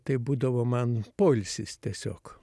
tai būdavo man poilsis tiesiog